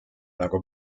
nagu